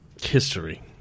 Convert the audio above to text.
History